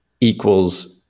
equals